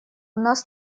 нас